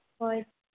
ᱦᱳᱭ